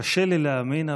קשה לי להאמין,